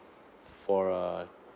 for a